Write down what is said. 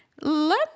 let